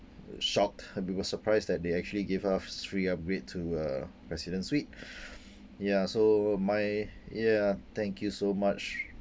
shocked we were surprised that they actually give as free upgrade to a president suite ya so my ya thank you so much